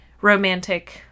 romantic